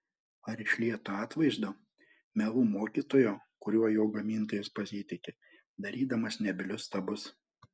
ar iš lieto atvaizdo melų mokytojo kuriuo jo gamintojas pasitiki darydamas nebylius stabus